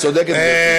את צודקת, גברתי.